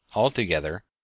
altogether,